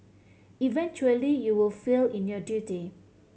eventually you will fail in your duty